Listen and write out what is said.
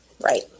Right